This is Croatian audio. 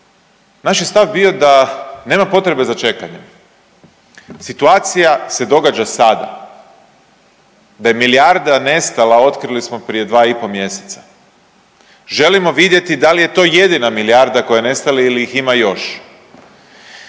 naš je stav bio da nema potrebe za čekanjem. Situacija se događa sada. Da je milijarda nestala otkrili smo prije dva i po mjeseca, želimo vidjeti da li je to jedina milijarda koja je nestala ili ih ima još.